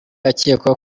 akekwaho